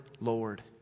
Lord